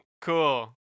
Cool